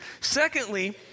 Secondly